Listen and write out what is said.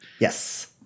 Yes